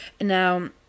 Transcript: Now